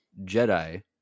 Jedi